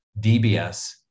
DBS